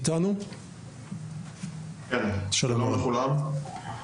שלום לכולם.